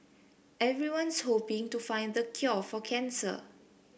everyone's hoping to find the cure for cancer